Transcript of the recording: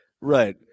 Right